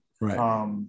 Right